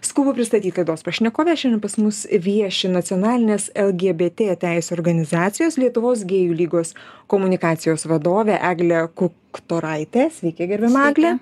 skubu pristatyt laidos pašnekoves šiandien pas mus vieši nacionalinės lgbt teisių organizacijos lietuvos gėjų lygos komunikacijos vadovė eglė kuktoraitė sveiki gerbiama egle